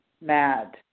mad